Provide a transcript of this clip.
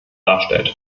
darstellt